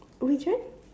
which one